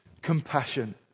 compassion